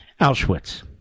Auschwitz